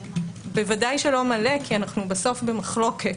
בוודאי לא מלא כי אנחנו בסוף במחלוקת,